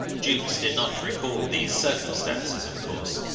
jukes did not recall these circumstances, of course,